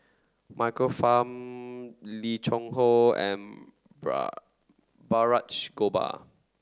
Michael Fam Lim Cheng Hoe and Balraj Gopal